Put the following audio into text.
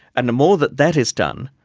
and the more that that is done,